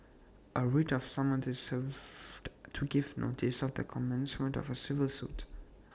A writ of summons is served to give notice of the commencement of A civil suit